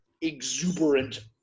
exuberant